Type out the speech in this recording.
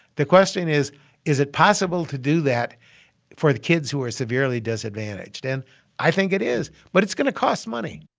the question is is it possible to do that for the kids who are severely disadvantaged? and i think it is. but it's going to cost money